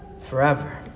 forever